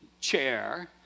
chair